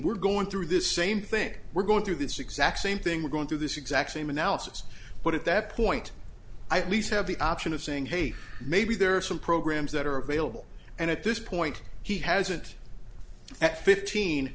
we're going through this same thing we're going through this exact same thing we're going through this exact same analysis but at that point i at least have the option of saying hey maybe there are some programs that are available and at this point he hasn't at fifteen